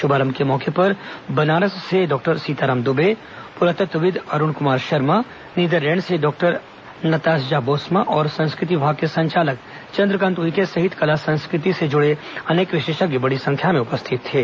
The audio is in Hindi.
शुभारंभ के मौके पर बनारस से डॉक्टर सीताराम दूबे पुरातत्वविद अरूण कुमार शर्मा नीदरलैण्ड से डॉक्टर नतास्जा बोस्मा और संस्कृति विभाग के संचालक चन्द्रकांत उईके सहित कला संस्कृति से जुड़े अनेक विशेषज्ञ बड़ी संख्या में उपस्थित थे